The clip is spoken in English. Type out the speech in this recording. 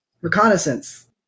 reconnaissance